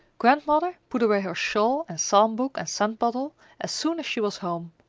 grandmother put away her shawl and psalm book and scent bottle as soon as she was home.